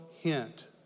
hint